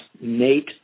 Nate